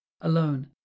alone